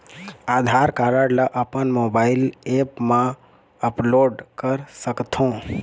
आधार card ला अपन mobile app मा अपलोड कर सकथों?